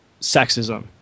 sexism